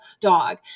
dog